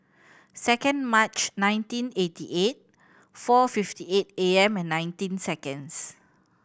second March nineteen eighty eight four fifty eight A M and nineteen seconds